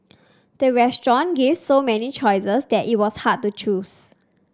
the restaurant gave so many choices that it was hard to choose